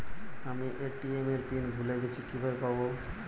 আমি এ.টি.এম এর পিন ভুলে গেছি কিভাবে পাবো?